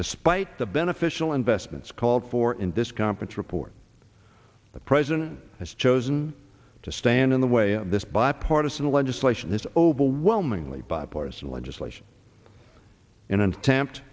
despite the beneficial investments called for in this conference report the president has chosen to stand in the way of this bipartisan legislation this overwhelmingly bipartisan legislation in an attempt